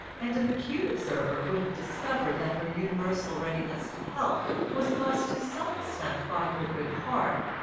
and an acute observer would have discovered that her universal readiness to help was caused to some extent by her good heart,